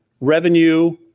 revenue